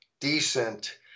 decent